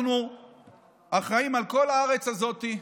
אנחנו אחראים על כל הארץ הזאת.